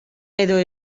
edo